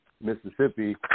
Mississippi